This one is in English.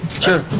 Sure